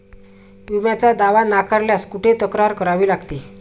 विम्याचा दावा नाकारल्यास कुठे तक्रार करावी लागते?